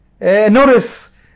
Notice